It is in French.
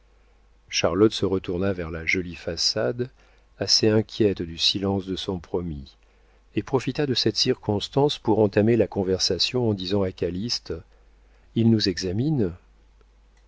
charlotte se retourna vers la jolie façade assez inquiète du silence de son promis et profita de cette circonstance pour entamer la conversation en disant à calyste ils nous examinent